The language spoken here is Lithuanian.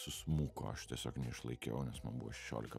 susmuko aš tiesiog neišlaikiau nes man buvo šešiolika